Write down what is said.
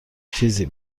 چیزی